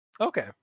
Okay